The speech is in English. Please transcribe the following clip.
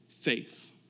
faith